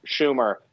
Schumer